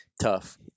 Tough